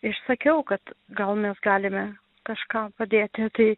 išsakiau kad gal mes galime kažkam padėti tai